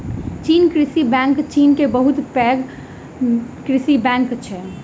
चीन कृषि बैंक चीन के बहुत पैघ कृषि बैंक अछि